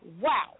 Wow